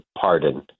pardon